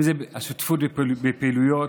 אם זה בהשתתפות בפעילויות,